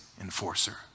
enforcer